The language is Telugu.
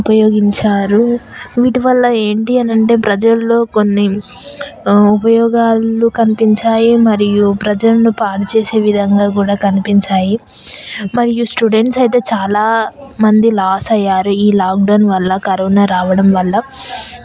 ఉపయోగించారు వీటి వల్ల ఏంటి అని అంటే ప్రజల్లో కొన్ని ఉపయోగాలు కనిపించాయి మరియు ప్రజలను పాడు చేసే విధంగా కూడా కనిపించాయి మరియు స్టూడెంట్స్ అయితే చాలా మంది లాస్ అయ్యారు ఈ లాక్డౌన్ వల్ల కరోనా రావడం వల్ల